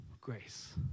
Grace